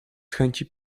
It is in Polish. chęci